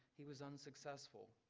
he was unsuccessful,